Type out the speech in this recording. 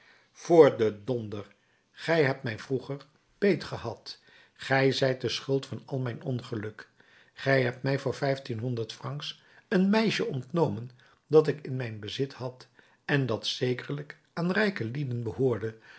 voor den d gij hebt mij vroeger beet gehad gij zijt de schuld van al mijn ongeluk gij hebt mij voor vijftienhonderd francs een meisje ontnomen dat ik in mijn bezit had en dat zekerlijk aan rijke lieden behoorde